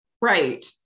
Right